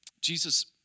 Jesus